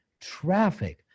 traffic